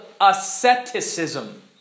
asceticism